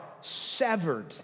severed